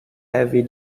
heavy